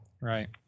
right